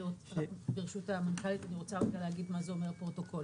ברשות המנכ"לית, אני רוצה להגיד מה זה פרוטוקול.